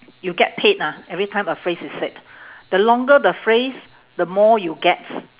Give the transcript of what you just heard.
you get paid ah every time a phrase is said the longer the phrase the more you gets